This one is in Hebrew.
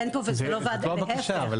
אין פה וזו לא ועדה להפך, להפך.